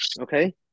Okay